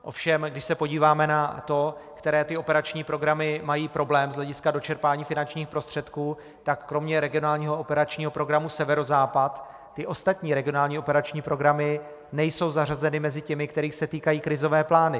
Ovšem když se podíváme na to, které operační programy mají problém z hlediska dočerpání finančních prostředků, tak kromě regionálního operačního programu Severozápad ty ostatní regionální operační programy nejsou zařazeny mezi těmi, kterých se týkají krizové plány.